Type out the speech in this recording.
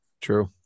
true